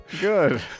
good